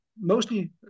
mostly